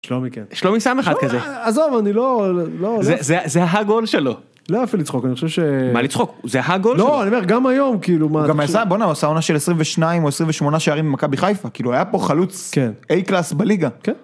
שלומי כן, שלומי שם אחד כזה, עזוב אני לא, זה הגול שלו, לא יפה לצחוק, מה לצחוק, זה הגול שלו, גם היום, בואנה הוא עשה עונה של 22 או 28 שיירים במכה בחיפה, היה פה חלוץ, איי קלאס בליגה.